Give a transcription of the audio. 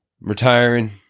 Retiring